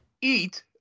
Eat